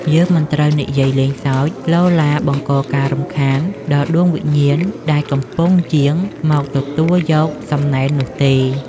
យើងមិនត្រូវនិយាយលេងសើចឡូឡាបង្កការរំខានដល់ដួងវិញ្ញាណដែលកំពុងយាងមកទទួលយកសំណែននោះទេ។